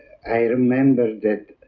i remember that